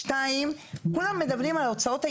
שתיים, כולם מדברים על ההוצאות הישירות.